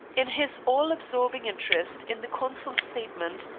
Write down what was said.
in his all-absorbing interest in the consul's statement,